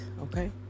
Okay